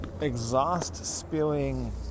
exhaust-spewing